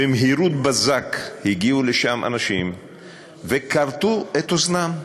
במהירות בזק הגיעו לשם אנשים וכרתו את אוזנם.